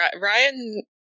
Ryan